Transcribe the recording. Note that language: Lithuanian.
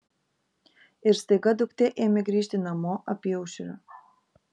ir staiga duktė ėmė grįžti namo apyaušriu